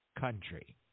country